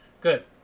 Good